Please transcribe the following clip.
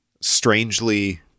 strangely